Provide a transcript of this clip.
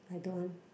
I don't want